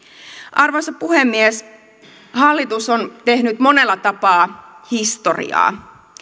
arvoisa puhemies hallitus on tehnyt monella tapaa historiaa